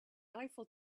eiffel